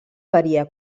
varia